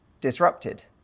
disrupted